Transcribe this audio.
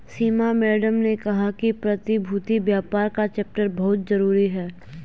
सीमा madam ने कहा कि प्रतिभूति व्यापार का चैप्टर बहुत जरूरी है